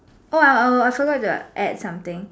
oh oh oh I forgot to add something